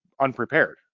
unprepared